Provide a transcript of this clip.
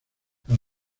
las